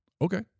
Okay